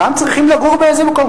גם הם צריכים לגור באיזה מקום.